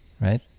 right